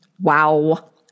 Wow